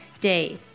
day